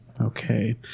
okay